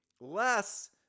less